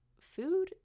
food